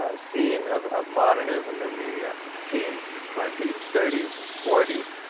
ah scene of of modernism in the teens, twenties, thirties, forties,